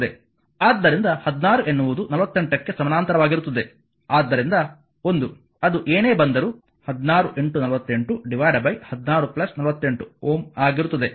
ಆದ್ದರಿಂದ 16 ಎನ್ನುವುದು 48 ಕ್ಕೆ ಸಮಾನಾಂತರವಾಗಿರುತ್ತದೆ ಆದ್ದರಿಂದ 1 ಅದು ಏನೇ ಬಂದರೂ 16 48 16 48 Ω ಆಗಿರುತ್ತದೆ